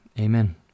Amen